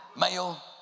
male